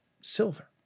silver